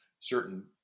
certain